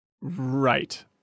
Right